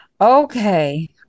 Okay